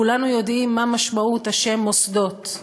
כולנו יודעים מה משמעות השם: מוסדות.